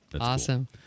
Awesome